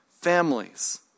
families